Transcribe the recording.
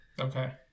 Okay